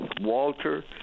Walter